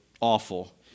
awful